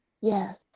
Yes